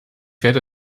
werde